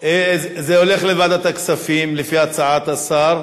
זה הולך לוועדת הכספים, לפי הצעת השר.